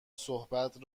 صحبت